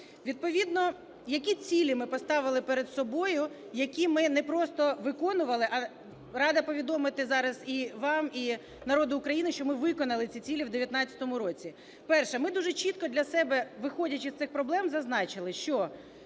Відповідно, які цілі ми поставили перед собою, які ми не просто виконували, а рада повідомити вам і народу України, що ми виконали ці цілі в 19-му році. Перше. Ми дуже чітко для себе, виходячи з цих проблем, зазначили, що